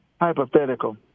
hypothetical